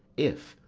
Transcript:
if,